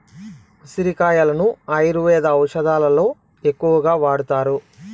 ఉసిరి కాయలను ఆయుర్వేద ఔషదాలలో ఎక్కువగా వాడతారు